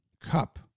Cup